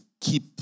keep